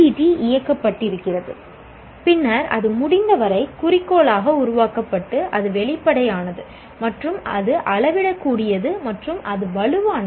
D இயக்கப்பட்டிருக்கிறது பின்னர் அது முடிந்தவரை குறிக்கோளாக உருவாக்கப்பட்டு அது வெளிப்படையானது மற்றும் அது அளவிடக்கூடியது மற்றும் அது வலுவானது